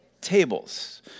tables